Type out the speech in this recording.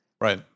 right